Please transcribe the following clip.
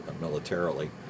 militarily